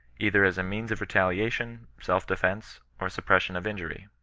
either as a means of retaliation, self-defence, or suppression of injury.